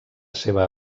seva